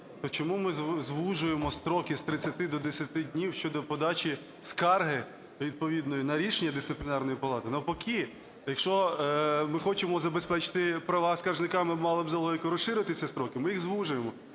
то чому ми звужуємо строки з 30 до 10 днів щодо подачі скарги відповідної на рішення Дисциплінарної палати? Навпаки, якщо ми хочемо забезпечити права скаржника, ми б мали за логікою розширити ці строки, ми їх звужуємо.